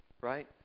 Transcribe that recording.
right